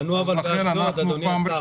אבל בנו באשדוד, אדוני השר.